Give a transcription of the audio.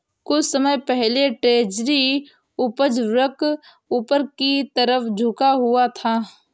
कुछ समय पहले ट्रेजरी उपज वक्र ऊपर की तरफ झुका हुआ था